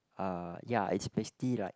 uh ya it's basically like